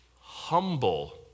humble